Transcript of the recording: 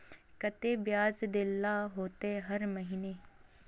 केते बियाज देल ला होते हर महीने?